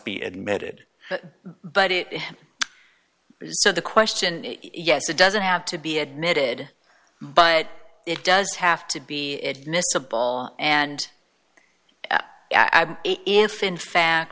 be admitted but it so the question is yes it doesn't have to be admitted but it does have to be admissible and if in fact